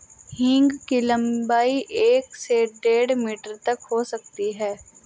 हींग की लंबाई एक से डेढ़ मीटर तक हो सकती है